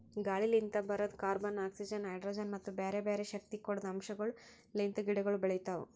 ಗಾಳಿಲಿಂತ್ ಬರದ್ carbon, oxygen, hydrogen ಮತ್ತ ಬ್ಯಾರೆ ಬ್ಯಾರೆ ಶಕ್ತಿ ಕೊಡದ್ ಅಂಶಗೊಳ್ ಲಿಂತ್ ಗಿಡಗೊಳ್ ಬೆಳಿತಾವ್